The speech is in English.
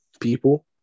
people